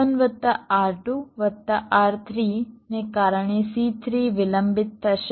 R1 વત્તા R2 વત્તા R3 ને કારણે C3 વિલંબિત થશે